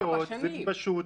ארבע שנים.